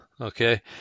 okay